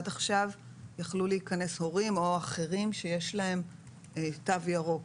עד עכשיו יכלו להיכנס הורים או אחרים שיש להם תו ירוק,